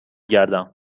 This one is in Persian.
گردم